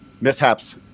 mishaps